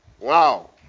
wow